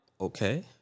Okay